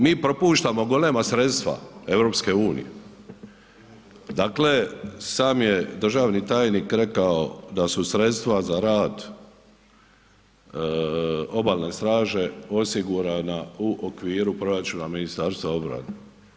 Mi propuštamo golema sredstva EU-a, dakle sam je državni tajnik rekao da su sredstva za rad Obalne straže osigurana u okviru proračuna Ministarstva obrane.